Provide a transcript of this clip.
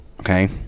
Okay